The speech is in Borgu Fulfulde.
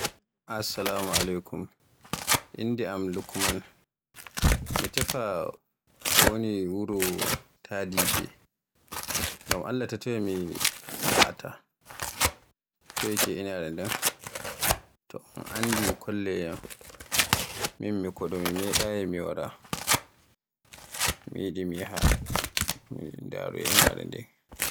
Assalamualaikum, innde am Lukman mi tefa to woni wuro taadiɓe, ngam Alla ta toye mi fa'ata? toy ke inaare nden? To on anndi kolleyam, min mi joɗo, mi meɗaayi mi wara, mi yiɗi min yaha mi ndarooya inaare nden.